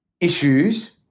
issues